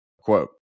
Quote